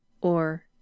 Or